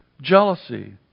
jealousy